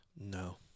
No